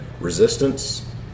resistance